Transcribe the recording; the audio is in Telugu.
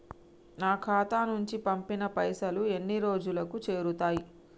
నా ఖాతా నుంచి పంపిన పైసలు ఎన్ని రోజులకు చేరుతయ్?